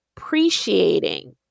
appreciating